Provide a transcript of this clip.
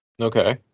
Okay